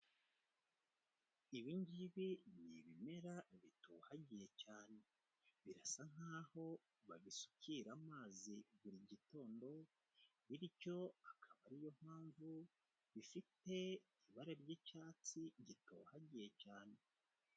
Ibi ngibi ni ibimera bitohagiye cyane, birasa nk'aho babisukira amazi buri gitondo bityo akaba ari yo mpamvu bifite ibara ry'icyatsi gitohagiye cyane